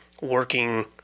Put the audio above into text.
working